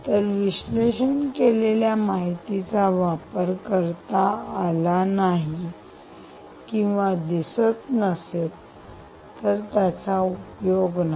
तर विश्लेषण केलेल्या माहितीचा वापर करता आला नाही किंवा दिसत नसेल तर त्याचा उपयोग नाही